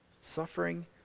Suffering